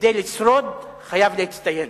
כדי לשרוד, חייב להצטיין.